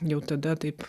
jau tada taip